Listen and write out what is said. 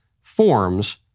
forms